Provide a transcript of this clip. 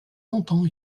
longtemps